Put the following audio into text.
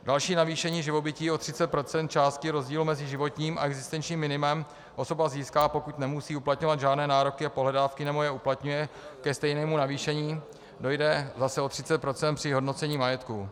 Další navýšení živobytí o 30 % částky rozdílu mezi životním a existenčním minimem osoba získá, pokud nemusí uplatňovat žádné nároky a pohledávky, nebo je uplatňuje, ke stejnému navýšení dojde zase o 30 % při hodnocení majetku.